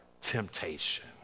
temptation